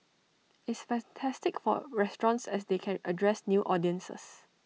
it's fantastic for restaurants as they can address new audiences